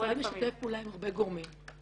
המשרד משתף פעולה עם הרבה גורמים,